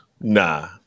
Nah